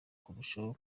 kurushaho